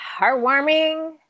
heartwarming